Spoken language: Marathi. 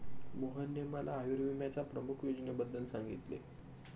मोहनने मला आयुर्विम्याच्या प्रमुख योजनेबद्दल सांगितले